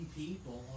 people